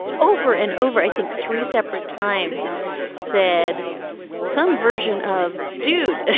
over and over, i think three separate times said some version of dude,